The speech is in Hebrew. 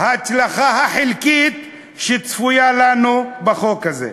ההצלחה החלקית שצפויה לנו מהחוק הזה.